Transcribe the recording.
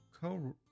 co